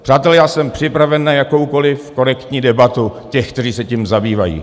Přátelé, já jsem připraven na jakoukoli korektní debatu těch, kteří se tím zabývají.